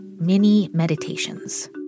mini-meditations